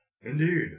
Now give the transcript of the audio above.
Indeed